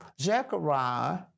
Zechariah